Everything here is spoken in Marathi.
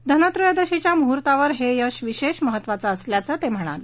धनत्रयोदशीच्या मुहूर्तावर हे यश विशेष महत्वाचं असल्याचं ते म्हणाले